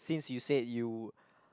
since you said you